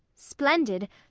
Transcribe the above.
splendid!